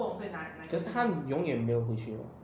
可是他永远没有回去 [what]